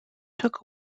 took